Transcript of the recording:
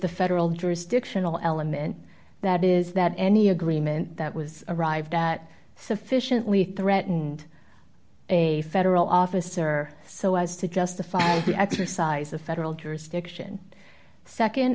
the federal jurisdiction all element that is that any agreement that was arrived at sufficiently threatened a federal officer so as to justify the exercise of federal jurisdiction